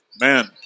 Man